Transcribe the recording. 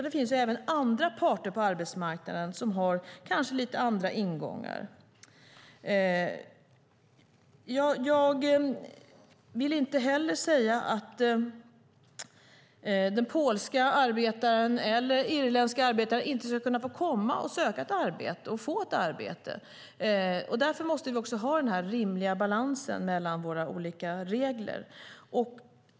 Det finns även andra parter på arbetsmarknaden, och de har möjligen lite andra ingångar. Jag vill inte heller säga att den polska eller irländska arbetaren inte ska få komma hit och söka och få ett arbete. Därför måste vi ha den här rimliga balansen mellan våra olika regler.